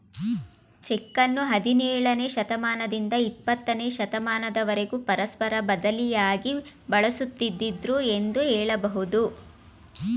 ಚೆಕ್ಕನ್ನು ಹದಿನೇಳನೇ ಶತಮಾನದಿಂದ ಇಪ್ಪತ್ತನೇ ಶತಮಾನದವರೆಗೂ ಪರಸ್ಪರ ಬದಲಿಯಾಗಿ ಬಳಸುತ್ತಿದ್ದುದೃ ಎಂದು ಹೇಳಬಹುದು